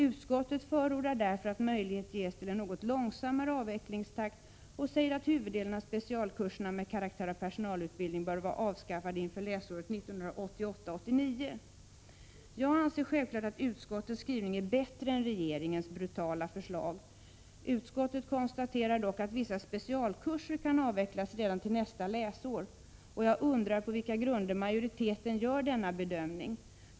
Utskottet förordar därför att möjlighet ges till en något långsammare avvecklingstakt och säger att huvuddelen av specialkurserna med karaktär av personalutbildning bör vara avskaffade inför läsåret 1988/89. Jag anser självfallet att utskottets skrivning är bättre än regeringens brutala förslag. Utskottet konstaterar dock att vissa specialkurser kan avvecklas redan till nästa läsår. Jag undrar på vilka grunder majoriteten gör denna bedömning.